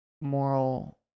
moral